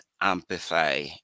amplify